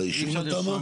על האישור התמ"א?